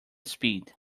speed